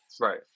Right